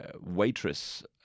waitress